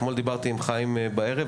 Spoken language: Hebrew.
אתמול דיברתי עם חיים בערב,